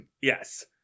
Yes